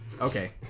Okay